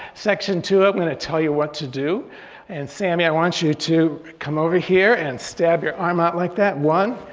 section two i'm gonna tell you what to do and sammy i want you to come over here and stab your arm out like that. one,